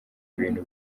ibintu